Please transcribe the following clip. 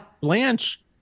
Blanche